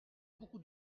beaucoup